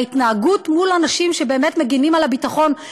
וההתנהגות מול אנשים שבאמת מגינים על הביטחון,